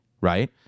right